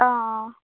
অঁ অঁ অঁ